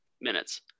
minutes